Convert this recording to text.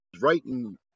writing